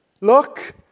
look